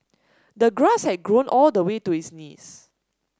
the grass had grown all the way to his knees